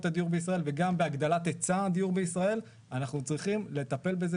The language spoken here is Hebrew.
הדיור בישראל וגם בהגדלת ההיצע אנחנו צריכים לטפל בזה